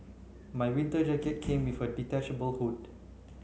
my winter jacket came with a detachable hood